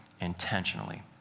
intentionally